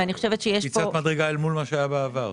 ואני חושבת -- קפיצת מדרגה אל מול מה שהיה בעבר.